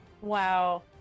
Wow